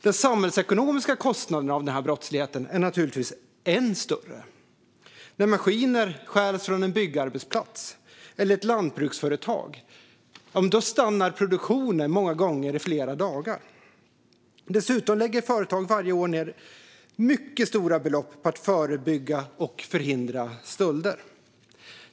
Den samhällsekonomiska kostnaden för denna brottslighet är naturligtvis än större. När maskiner stjäls från en byggarbetsplats eller ett lantbruksföretag stannar produktionen många gånger i flera dagar. Dessutom lägger företag varje år ned mycket stora belopp på att förebygga och förhindra stölder.